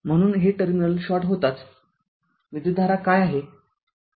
म्हणून हे terminal short होताच विद्युतधारा काय आहे